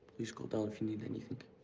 please call down if you need anything.